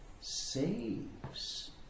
saves